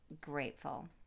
grateful